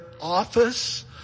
office